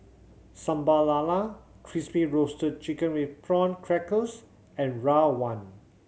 Sambal Lala Crispy Roasted Chicken with Prawn Crackers and rawon